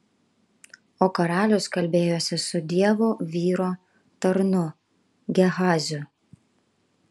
o karalius kalbėjosi su dievo vyro tarnu gehaziu